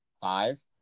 five